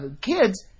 kids